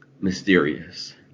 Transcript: mysterious